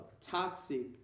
toxic